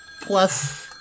plus